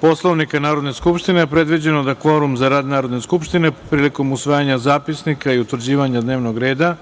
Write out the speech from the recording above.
Poslovnika Narodne skupštine predviđeno da kvorum za rad Narodne skupštine prilikom usvajanja zapisnika i utvrđivanja dnevnog reda